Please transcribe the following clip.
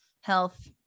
health